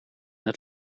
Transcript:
het